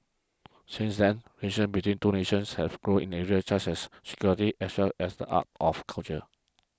since then relations between two nations have grown in areas such as security as well as the arts of culture